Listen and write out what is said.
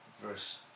verse